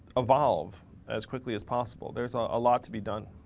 evolve as quickly as possible. there's a lot to be done.